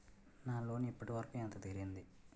నా లోన్ ఇప్పటి వరకూ ఎంత తీరింది?